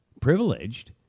privileged